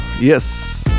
Yes